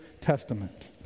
Testament